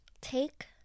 Take